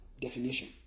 definition